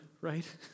right